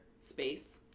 space